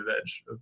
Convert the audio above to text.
edge